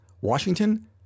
Washington